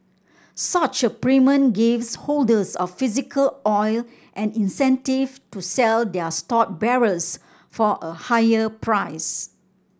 such a premium gives holders of physical oil an incentive to sell their stored barrels for a higher price